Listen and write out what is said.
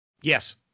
Yes